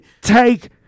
Take